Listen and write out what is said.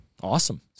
Awesome